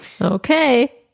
Okay